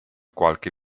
qualche